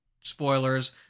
spoilers